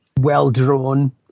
well-drawn